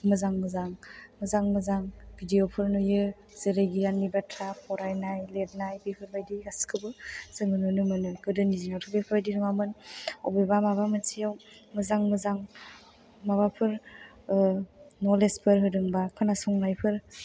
मोजां मोजां मोजां मोजां भिदिअफोर नुयो जेरै गियाननि बाथ्रा फरायनाय लिरनाय बेफोरबायदि गासिखौबो जों नुनो मोनो गोदोनि दिनावथ' बेफोरबायदि नुवामोन बबेबा माबा मोनसेयाव मोजां मोजां माबाफोर ओ नलेजफोर होदोंबा खोनासंनायफोर